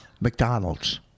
McDonald's